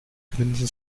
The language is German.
grinsen